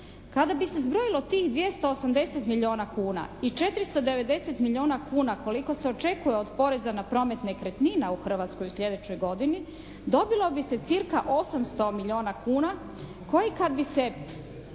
Kada bi se zbrojilo tih 280 milijuna i 490 milijuna kuna koliko se očekuje od poreza na promet nekretnina u Hrvatskoj u sljedećoj godini dobilo bi se cca 800 milijuna kuna koji kad bi se